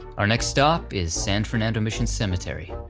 our next stop is san fernando mission cemetery,